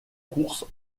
course